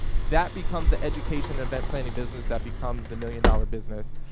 that becomes the education and event-planning business that becomes the million-dollar business,